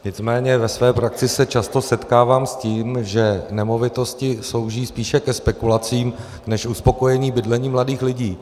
Nicméně ve své praxi se často setkávám s tím, že nemovitosti slouží spíše ke spekulacím než k uspokojení bydlení mladých lidí.